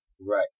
Right